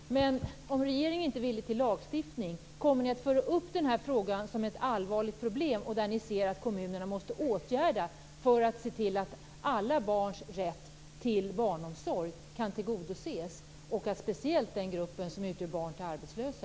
Fru talman! Om regeringen inte är villig till lagstiftning, kommer den då att föra upp den här frågan som ett allvarligt problem och säga att kommunerna måste vidta åtgärder för att se till att alla barns rätt till barnomsorg tillgodoses? Detta gäller speciellt den grupp som utgörs av barn till arbetslösa.